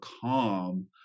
calm